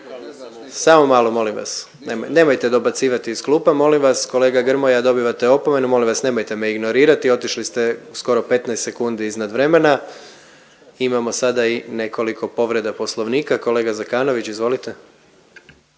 Samo malo molim vas, nemojte dobacivati iz klupa molim vas. Kolega Grmoja dobivate opomenu, molim vas nemojte me ignorirati, otišli ste skoro 15 sekundi iznad vremena. Imamo sada i nekoliko povreda poslovnika. Kolega Zekanović izvolite.